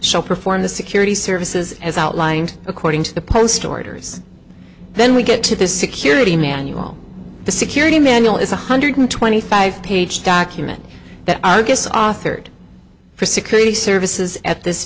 shall perform the security services as outlined according to the post orders then we get to the security manual the security manual is one hundred twenty five page document that i guess authored for security services at this